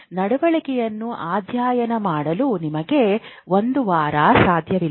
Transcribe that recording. ನಡವಳಿಕೆಯನ್ನು ಅಧ್ಯಯನ ಮಾಡಲು ನಿಮಗೆ ಒಂದು ವಾರ ಸಾಧ್ಯವಿಲ್ಲ